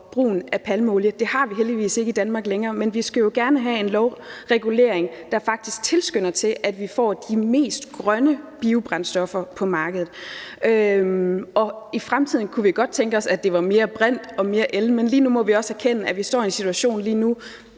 brugen af palmeolie. Det har vi heldigvis ikke i Danmark længere, men vi skal jo gerne have en lovregulering, der faktisk tilskynder til, at vi får de mest grønne biobrændstoffer på markedet. Og vi kunne godt tænke os, at det i fremtiden var mere brint og mere el, men lige nu må vi også erkende, at vi står i en situation,